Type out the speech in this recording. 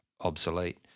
obsolete